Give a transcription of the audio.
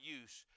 use